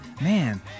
man